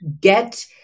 get